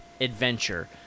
adventure